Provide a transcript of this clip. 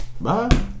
Bye